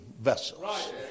vessels